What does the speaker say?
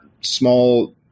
small